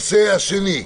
הנושא השני,